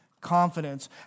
confidence